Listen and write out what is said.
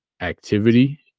activity